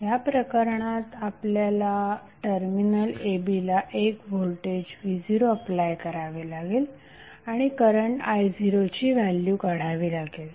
या प्रकारणात आपल्याला टर्मिनल a b ला एक व्होल्टेज v0अप्लाय करावे लागेल आणि करंट i0ची व्हॅल्यू काढावी लागेल